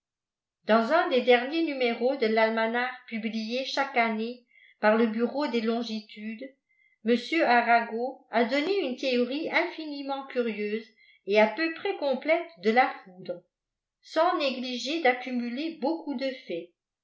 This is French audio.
dans un des derniers numéros de talmanach publié chaque année par le bureau des longitudes m arago a donné une théorie infiniment curieuse et à peu près complète de la foiidre sans négliger d'accumuler beaucoup de faite